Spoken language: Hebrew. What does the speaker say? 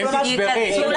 250 בבסיס אחרי 5 שנים.